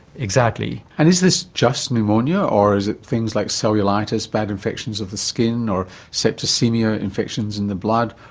exactly. and is this just pneumonia or is it things like cellulitis, bad infections of the skin or septicaemia, infections in the blood,